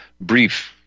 brief